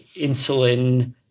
insulin